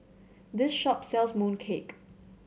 this shop sells mooncake